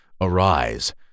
Arise